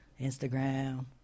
Instagram